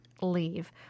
leave